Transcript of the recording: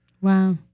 Wow